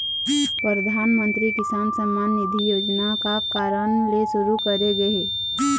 परधानमंतरी किसान सम्मान निधि योजना का कारन ले सुरू करे गे हे?